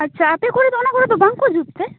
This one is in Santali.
ᱟᱪᱪᱷᱟ ᱟᱯᱮ ᱠᱚᱨᱮ ᱫᱚ ᱚᱱᱟᱠᱚᱨᱮᱫᱚ ᱵᱟᱝ ᱠᱚ ᱡᱩᱛ ᱛᱮ